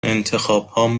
انتخابهام